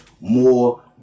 more